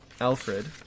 Alfred